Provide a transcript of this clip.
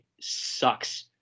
sucks